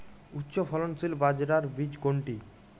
উচ্চফলনশীল বাজরার বীজ কোনটি?